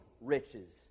riches